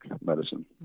medicine